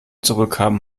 zurückkam